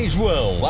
João